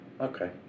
Okay